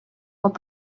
while